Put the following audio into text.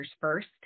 first